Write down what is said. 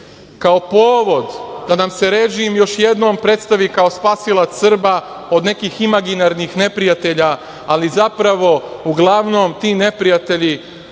kao povod da nam se režim još jednom predstavi kao spasilac Srba od nekih imaginarnih neprijatelja, ali zapravo uglavnom ti neprijatelji